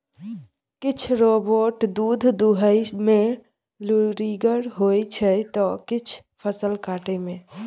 किछ रोबोट दुध दुहय मे लुरिगर होइ छै त किछ फसल काटय मे